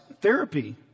therapy